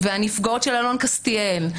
והנפגעות של אלון קסטיאל,